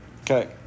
Okay